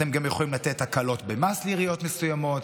אתם גם יכולים לתת הקלות במס לעיריות מסוימות,